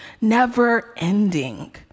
never-ending